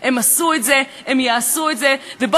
ונתחיל לדון בפתרונות אמיתיים למצוקת הביטחון ברחובות ישראל,